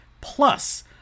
Plus